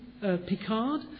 Picard